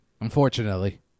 Unfortunately